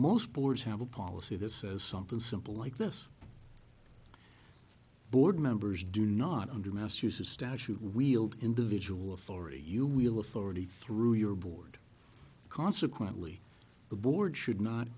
most boards have a policy that says something simple like this board members do not under massachusetts statute wield individual authority you wheel authority through your board consequently the board should not